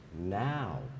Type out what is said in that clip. now